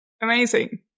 Amazing